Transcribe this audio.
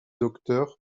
docteurs